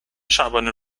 شبانه